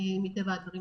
מטבע הדברים,